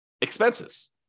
expenses